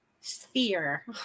sphere